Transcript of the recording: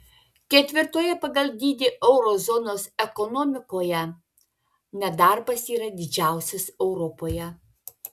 ketvirtoje pagal dydį euro zonos ekonomikoje nedarbas yra didžiausias europoje